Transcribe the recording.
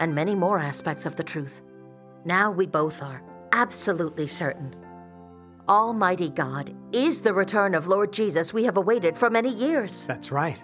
and many more aspects of the truth now we both are absolutely certain almighty god is the return of lord jesus we have awaited for many years t